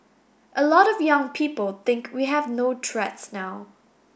a lot of young people think we have no threats now